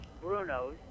Bruno's